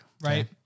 right